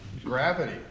Gravity